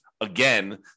again